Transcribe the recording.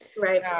Right